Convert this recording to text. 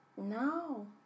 No